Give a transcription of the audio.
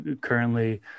currently